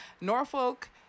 Norfolk